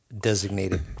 designated